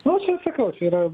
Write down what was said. nu čia sakau čia yra